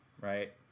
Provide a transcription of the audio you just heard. Right